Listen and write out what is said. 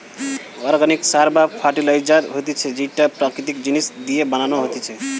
organic সার বা fertiliser হতিছে যেইটো প্রাকৃতিক জিনিস দিয়া বানানো হতিছে